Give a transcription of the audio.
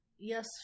Yes